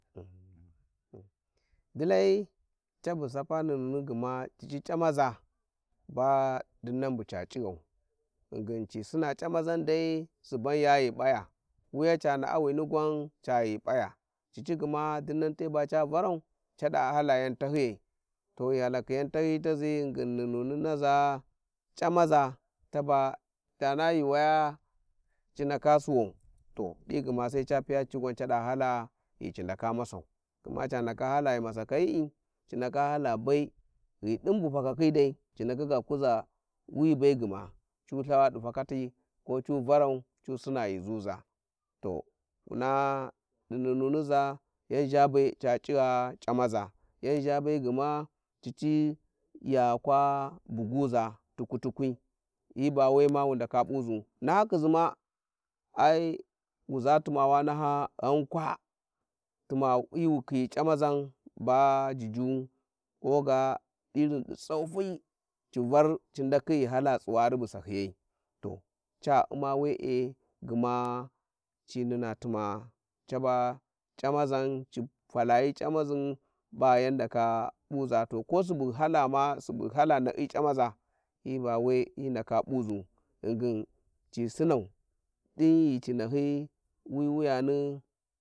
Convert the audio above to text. ﻿ Dilai cabu sapa nununi gma cici c'amaza ba dinnan bu ca cighau ghingin ci sina camazan dai, suban ya ghi p'a ya, wuya ca na`awini gwan ca ghi p'aya, cici gma dinnan te ba ca varau, cada hala yan rahyiya to ghi halakai yan tazi ghingin nununi naza, camaza taba, tana juuwaya ci ndaka suwau to di gma sai ca piya cici gwan, cada hala ghi ci ndaka masau, gma ca ndaka hala ghi masakayi'i, ci ndaka hala be ghi din bu fakakhi dai, ci ndaka ga kuza wi be gma, cu itha di fakati ko cu varau cu sinaghi zuza, wuna di nunnuni naza yan zha be ca c'igha c'amaza yan zha be gma cici ya kwa buguza tukwi tukwi, hi ba wema wu ndaka p'uzu, nahyikhizi ma, ai wuza tuma wa nana ghan kwa tuma hi wi khiyi camazan ba jujuwu, koga irin di tsau fyi ci var ci ndakhi ghi hala tsuwari bu sahyiyai to ca u`ma we`e gma ci nuna tuma caba c'amazan, ci falayı c'amazan ba yan ndaka p'uza, to ko subu halama subu, hala na'i c'amaza, hi ba we hi ndaka p'uzu ghingin ci siniau d'in ghi ci nahyi wi wuyanı.